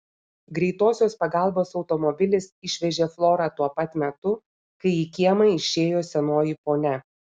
greitosios pagalbos automobilis išvežė florą tuo pat metu kai į kiemą išėjo senoji ponia